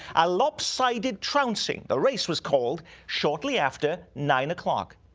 a lopsiding trouncing. the race was called shortly after nine o'clock.